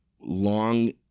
long